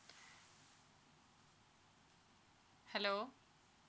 hello